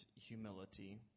humility